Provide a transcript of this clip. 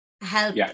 help